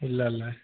ഇല്ല അല്ലേ